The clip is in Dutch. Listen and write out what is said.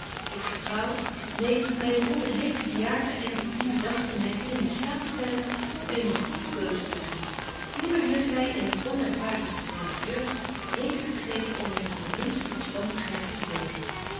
ik vertrouw neen myn broeder heeft die jaren en die bedagtzaamheid die hem in staat stellen om eene goede keuze te doen nimmer heeft hy in het onërvarenste zyner jeugd reden gegeven om hem van de minste losbandigheid te verdenken